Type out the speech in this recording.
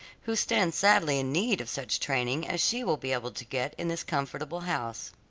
who stand sadly in need of such training as she will be able to get in this comfortable house.